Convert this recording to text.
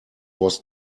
was